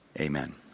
Amen